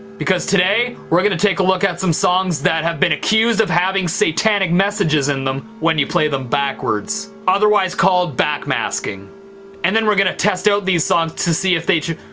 because today we're gonna take a look at some songs that have been accused of having satanic messages in them when you play them backwards. otherwise called back masking and then we're gonna test out these songs to see if they do